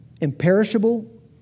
imperishable